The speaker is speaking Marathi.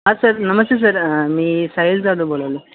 हां सर नमस्ते सर मी साईल साधू बोलायालो